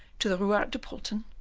to the ruart de pulten,